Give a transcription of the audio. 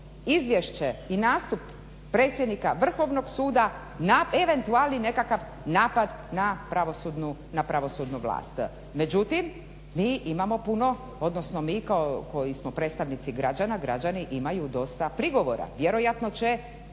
izvješće i nastup predsjednika Vrhovnog suda na eventualni nekakav napad na pravosudnu vlast. Međutim, mi imamo puno, odnosno mi koji smo predstavnici građana, građani imaju dosta prigovora, vjerojatno ćemo